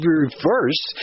reverse